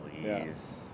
Please